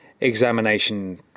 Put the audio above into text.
examination